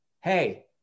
hey